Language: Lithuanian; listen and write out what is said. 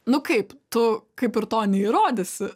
nu kaip tu kaip ir to neįrodysi